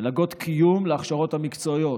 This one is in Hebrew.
קיום להכשרות המקצועיות.